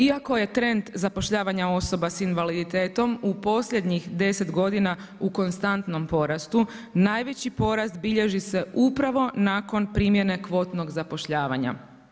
Iako je trend zapošljavanja osobe s invaliditetom u posljednjih 10 godina u konstantnom porastu najveći porast bilježi se upravo nakon primjene kvotnog zapošljavanja.